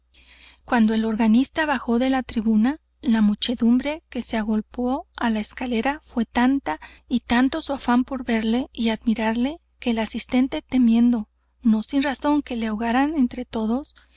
cuando el organista bajó de la tribuna la muchedumbre que se agolpó á la escalera fué tanta y tanto su afán por verle y admirarle que el asistente temiendo no sin razón que le ahogaran entre todos